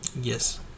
Yes